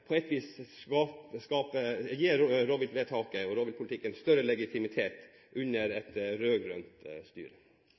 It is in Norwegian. rovviltvedtaket og rovviltpolitikken en større legitimitet under